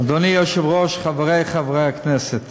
אדוני היושב-ראש, חברי חברי הכנסת,